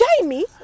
Jamie